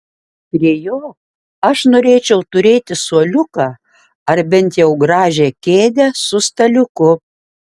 prie jo aš norėčiau turėti suoliuką ar bent jau gražią kėdę su staliuku